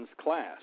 class